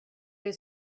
dig